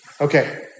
okay